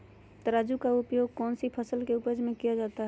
तराजू का उपयोग कौन सी फसल के उपज में किया जाता है?